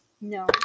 No